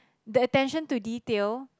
the attention to detail